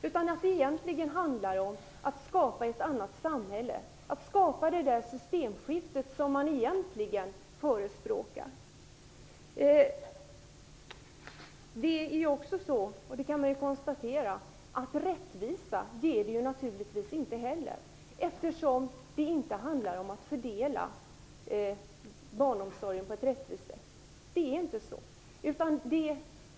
Det handlar egentligen om att skapa ett annat samhälle, att skapa det systemskifte man förespråkar. Vi kan konstatera att vårdnadsbidraget skapar inte rättvisa. Det handlar inte om att fördela barnomsorgen på ett rättvist sätt.